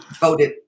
voted